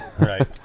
right